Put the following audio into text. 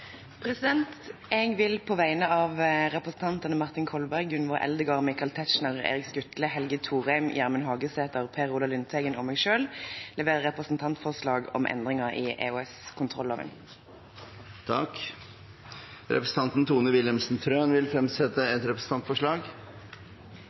Jeg vil på vegne av stortingsrepresentantene Martin Kolberg, Gunvor Eldegard, Michael Tetzschner, Erik Skutle, Helge Thorheim, Gjermund Hagesæter, Per Olaf Lundteigen, Bård Vegar Solhjell og meg selv legge fram et representantforslag om endringer i EOS-kontrolloven. Representanten Tone Wilhelmsen Trøen vil fremsette